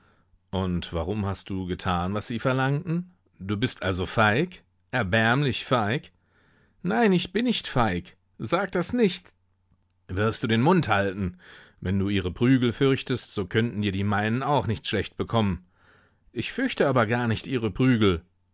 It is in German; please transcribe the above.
und warum hast du getan was sie verlangten du bist also feig erbärmlich feig nein ich bin nicht feig sag das nicht wirst du den mund halten wenn du ihre prügel fürchtest so könnten dir die meinen auch nicht schlecht bekommen ich fürchte aber gar nicht ihre prügel